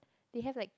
they have like